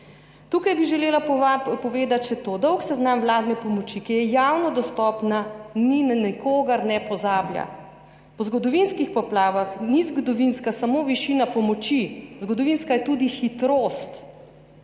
Tukaj bi želela povedati še to. Dolg seznam vladne pomoči, ki je javno dostopna, na nikogar ne pozablja. Po zgodovinskih poplavah ni zgodovinska samo višina pomoči, zgodovinska je tudi hitrost,